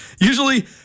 Usually